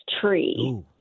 tree